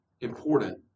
important